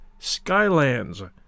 Skylands